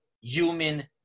human